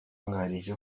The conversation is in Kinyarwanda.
bubiligi